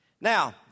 Now